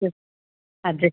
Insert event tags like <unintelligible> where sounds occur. <unintelligible>